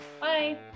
Bye